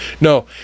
No